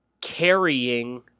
carrying